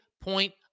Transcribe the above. point